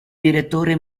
direttore